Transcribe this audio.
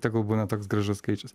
tegul būna toks gražus skaičius